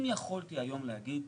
אם יכולתי היום להגיד תראו,